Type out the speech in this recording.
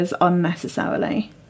unnecessarily